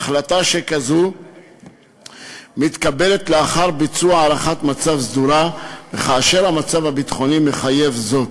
החלטה כזו מתקבלת לאחר הערכת מצב סדורה וכאשר המצב הביטחוני מחייב זאת,